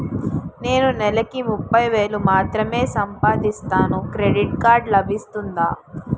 నేను నెల కి ముప్పై వేలు మాత్రమే సంపాదిస్తాను క్రెడిట్ కార్డ్ లభిస్తుందా?